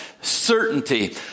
certainty